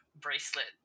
bracelet